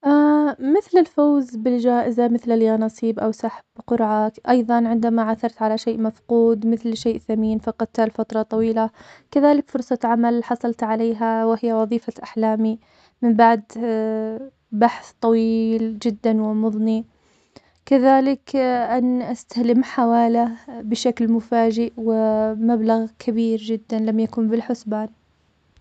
مثل الفوزبجائزة مثل اليانصيب وسحب قرعات, أيضاً عندما عثرت على شئ مفقود, مثل شئ ثمين فقدته لفترة طويلة, كذلك فرصة عمل حصلت عليها, وخهي وظيفة أحلامي, وبعد بحث طويل جداً ومضني, كذلك أن أستلم حوالة بشكل مفاجئ ومبلغ كبيرجداً لم يكن بالحسبان.